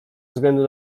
względu